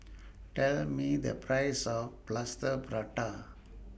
Tell Me The Price of Plaster Prata